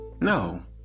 no